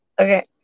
okay